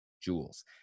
jewels